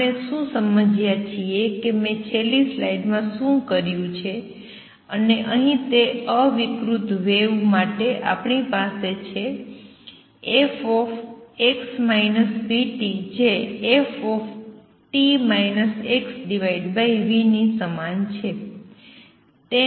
આપણે શું સમજ્યા છીએ કે મેં છેલ્લી સ્લાઈડમાં શું કર્યું છે અને અહીં તે અવિકૃત વેવ માટે આપણી પાસે છે f જે f ની સમાન છે